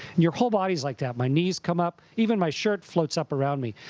your whole body's like that. my knees come up. even my shirt floats up around me.